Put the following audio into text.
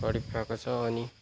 गरिब भएको छ अनि